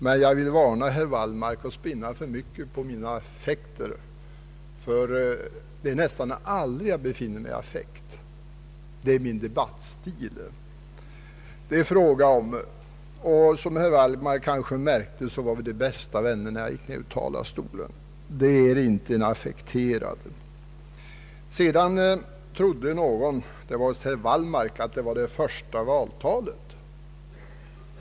Men jag vill varna herr Wallmark för att spinna för mycket på mina affekter. Det är nästan aldrig jag befinner mig i verklig affekt — det är min debattstil som det är fråga om. Som herr Wallmark kanske märkte, var vi de bästa vänner när jag gick ner ur talarstolen. Det här var inte så affektbetonat. Sedan trodde någon, det var visst herr Wallmark, att detta var det första valtalet.